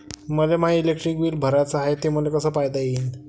मले माय electric bill भराचं हाय, ते मले कस पायता येईन?